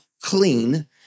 clean